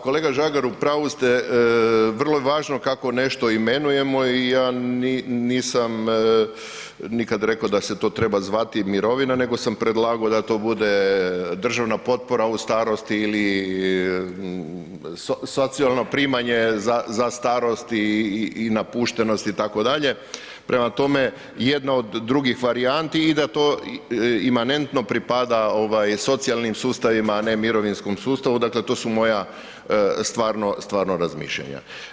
kolega Žagar, upravu ste, vrlo je važno kako nešto imenujemo i ja nisam nikad rekao da se to treba zvati mirovina nego sam predlagao da to bude državna potpora u starosti ili socijalno primanje za starost i napuštenost itd., prema tome jedna od drugih varijanti i da to imanentno pripada socijalnim sustavima a ne mirovinskom sustavu, dakle to su moja stvarno razmišljanja.